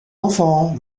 enfants